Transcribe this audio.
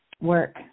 work